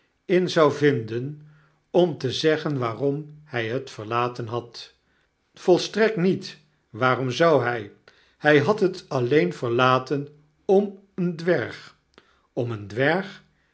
in zou vinden om te zeggen waarom hy het verlaten had volstrekt niet waarom zou hy hy had het alleen verlaten om een dwerg om een dwerg